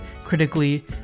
critically